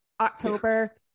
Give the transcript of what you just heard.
October